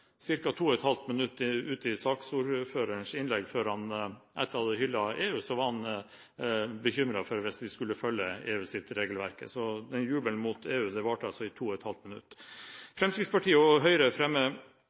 to og et halvt minutt før saksordføreren – etter å ha hyllet EU – var bekymret for at vi skulle følge EUs regelverk. Så den jubelen for EU varte i to og et halvt minutt. Fremskrittspartiet og Høyre fremmer